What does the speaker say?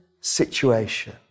situation